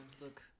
look